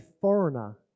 foreigner